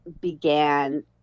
began